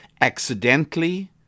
accidentally